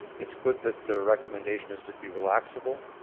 it's good that the recommendation is to be relaxable,